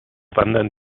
wandern